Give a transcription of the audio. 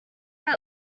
are